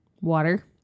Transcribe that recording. Water